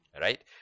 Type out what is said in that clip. right